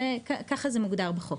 ככה זה מוגדר בחוק.